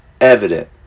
evident